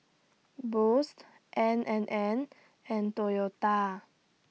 Boost N and N and Toyota